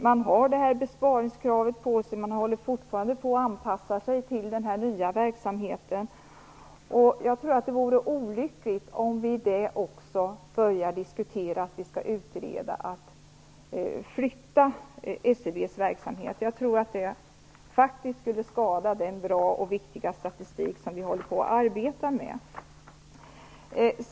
Man har ett besparingskrav på sig, och man håller fortfarande på att anpassa sig till den nya verksamheten. Det vore olyckligt om vi nu också började utreda en flyttning av SCB:s verksamhet. Jag tror att det faktiskt skulle skada den bra och viktiga statistik som vi håller på att arbeta med.